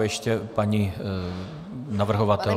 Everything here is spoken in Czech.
Ještě paní navrhovatelka.